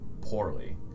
poorly